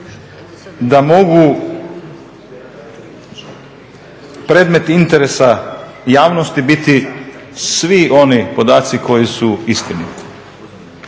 da mogu predmeti interesa javnosti biti svi oni podaci koji su istiniti.